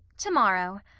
tomorrow.